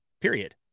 Period